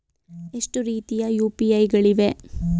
ಎಷ್ಟು ರೀತಿಯ ಯು.ಪಿ.ಐ ಗಳಿವೆ?